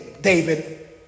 David